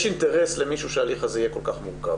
יש אינטרס למישהו שההליך הזה יהיה כל כך מורכב.